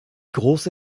große